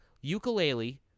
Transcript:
ukulele